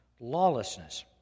Lawlessness